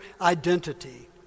identity